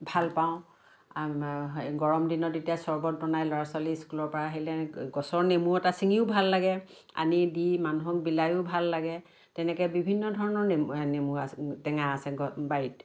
ভাল পাওঁ গৰম দিনত এতিয়া চৰবত বনাই ল'ৰা ছোৱালী স্কুলৰপৰা আহিলে গছৰ নেমু এটা ছিঙিও ভাল লাগে আনি দি মানুহক বিলায়ো ভাল লাগে তেনেকৈ বিভিন্ন ধৰণৰ নেমু আছে টেঙা আছে বাৰীত